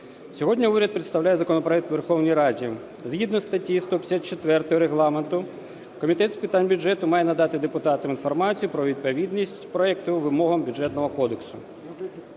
Сьогодні уряд представляє законопроект у Верховній Раді. Згідно статті 154 Регламенту Комітет з питань бюджету має надати депутатам інформацію про відповідність проекту вимогам Бюджетного кодексу.